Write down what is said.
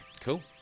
Cool